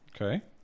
Okay